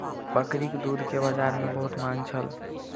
बकरीक दूध के बजार में बहुत मांग छल